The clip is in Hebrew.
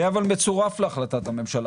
זה אבל מצורף להחלטת הממשלה.